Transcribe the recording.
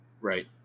Right